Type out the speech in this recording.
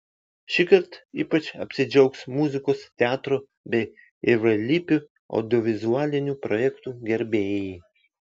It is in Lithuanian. šįkart ypač apsidžiaugs muzikos teatro bei įvairialypių audiovizualinių projektų gerbėjai